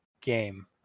game